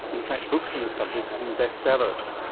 in fact books on the subject have been best sellers.